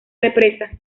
represa